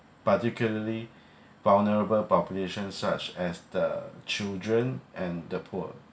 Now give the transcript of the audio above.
particularly vulnerable populations such as the children and the poor